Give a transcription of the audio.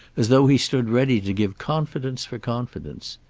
as though he stood ready to give confidence for confidence.